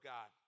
God